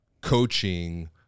coaching